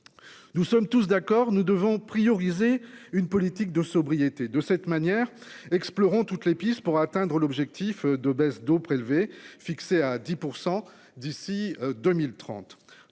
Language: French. Nous sommes tous d'accord, nous devons prioriser une politique de sobriété de cette manière explorons toutes les pistes pour atteindre l'objectif de baisse d'eau prélevée fixé à 10% d'ici 2030,